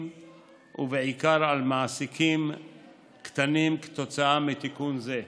ובעיקר על מעסיקים קטנים כתוצאה מתיקון זה.